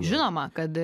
žinoma kad